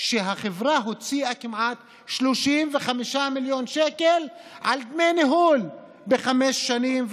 החברה הוציאה כמעט 35 מיליון שקל על דמי ניהול בחמש שנים,